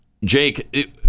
Jake